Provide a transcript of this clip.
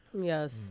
Yes